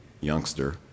youngster